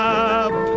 up